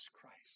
Christ